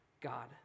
God